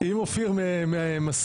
אם אופיר מסכים.